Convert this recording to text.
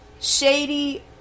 shady